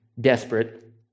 desperate